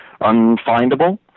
unfindable